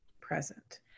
present